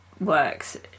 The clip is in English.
works